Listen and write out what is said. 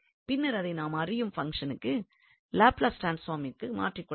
பின்னர் அதை நாம் அறியும் பங்ஷன்ஸ்க்கு லாப்லாஸ் ட்ரான்ஸ்பார்ம்க்கு மாற்றிக் கொள்ளலாம்